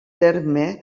terme